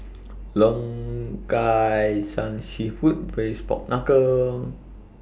Long Kai San Seafood Braised Pork Knuckle